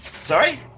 Sorry